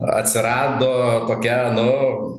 atsirado tokia nu